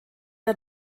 der